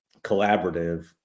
collaborative